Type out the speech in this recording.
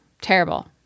Terrible